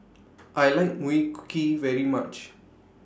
I like Mui cookie very much